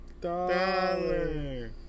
dollar